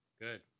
Good